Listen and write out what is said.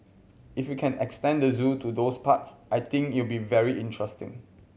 if you can extend the zoo to those parts I think it'll be very interesting